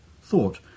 thought